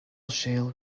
shale